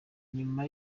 nyuma